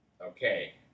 Okay